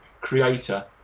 creator